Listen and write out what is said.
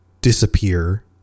disappear